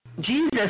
Jesus